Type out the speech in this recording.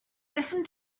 listen